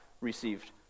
received